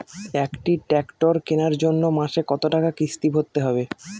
একটি ট্র্যাক্টর কেনার জন্য মাসে কত টাকা কিস্তি ভরতে হবে?